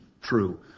true